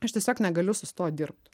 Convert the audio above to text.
aš tiesiog negaliu sustot dirbt